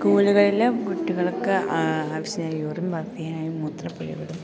സ്കൂളുകളില് കുട്ടികളൊക്കെ ആവശ്യത്തിന് യൂറിൻ പാസ് ചെയ്യാന് മൂത്രപുരകളും